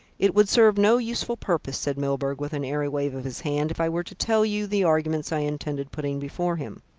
it would serve no useful purpose, said milburgh with an airy wave of his hand, if i were to tell you the arguments i intended putting before him.